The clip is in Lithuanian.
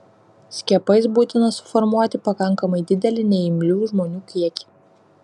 skiepais būtina suformuoti pakankamai didelį neimlių žmonių kiekį